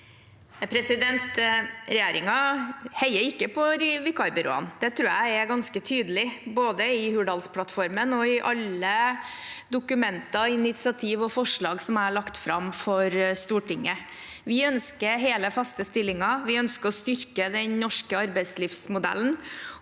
Regjeringen heier ikke på vikarbyråene. Det tror jeg er ganske tydelig, både i Hurdalsplattformen og i alle dokumenter, initiativ og forslag som jeg har lagt fram for Stortinget. Vi ønsker hele, faste stillinger, og vi ønsker å styrke den norske arbeidslivsmodellen.